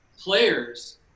players